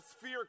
fear